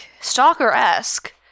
Stalker-esque